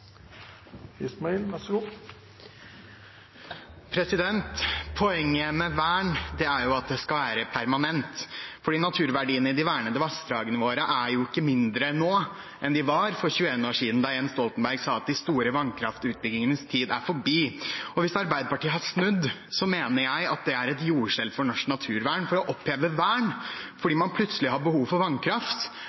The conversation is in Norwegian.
at det skal være permanent, for naturverdiene i de vernede vassdragene våre er ikke mindre nå enn de var for 21 år siden, da Jens Stoltenberg sa at de store vannkraftutbyggingenes tid er forbi. Hvis Arbeiderpartiet har snudd, mener jeg at det er et jordskjelv for norsk naturvern. Å oppheve vern fordi man plutselig har behov for vannkraft,